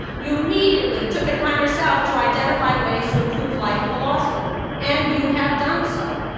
you immediately took it upon yourself to identify ways to improve life at the law school and you have done so.